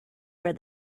where